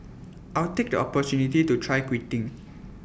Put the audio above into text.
I'll take the opportunity to try quitting